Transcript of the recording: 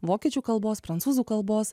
vokiečių kalbos prancūzų kalbos